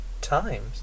times